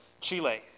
Chile